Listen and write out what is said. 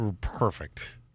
perfect